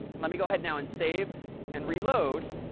let me go ahead now and save and reload.